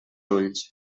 ulls